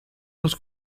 los